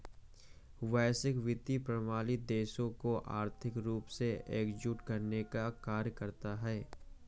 वैश्विक वित्तीय प्रणाली देशों को आर्थिक रूप से एकजुट करने का कार्य करता है